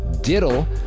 diddle